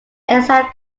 exact